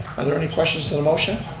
are there any questions to the motion?